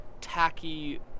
tacky